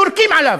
יורקים עליו.